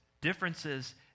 differences